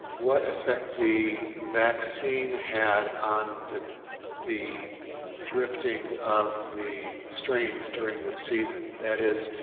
what affect the vaccine had on the the drifting of the strains during the season? that is,